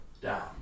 down